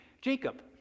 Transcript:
Jacob